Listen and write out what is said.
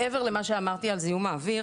מעבר למה שאמרתי על זיהום האוויר,